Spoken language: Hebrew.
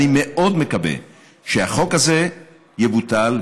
אני מאוד מקווה שהחוק הזה יבוטל.